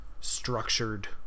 structured